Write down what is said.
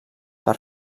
per